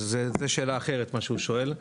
אז זו שאלה אחרת מה שהוא שואל.